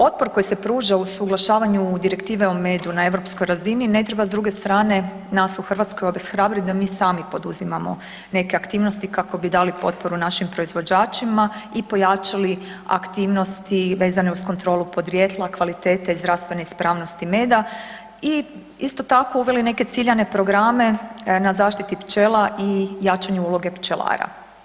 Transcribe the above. Otpor koji se pruža u usuglašavanju direktive o medu na europskoj razini ne treba, s druge strane, nas u Hrvatskoj obeshrabriti da mi sami poduzimamo neke aktivnosti kako bi dali potporu našim proizvođačima i pojačali aktivnosti vezane uz kontrolu podrijetla, kvalitete i zdravstvene ispravnosti meda i, isto tako, uveli neke ciljane programe na zaštiti pčela i jačanje uloge pčelara.